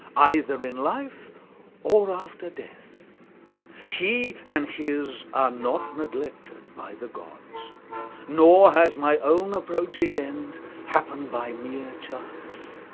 either in life or after death he and his are not neglected by the gods nor has my own approaching end happened by mere chance.